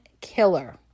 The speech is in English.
killer